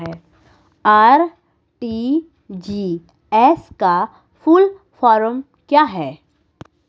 RTGS का full form क्या है?